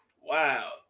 Wow